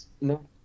No